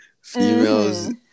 females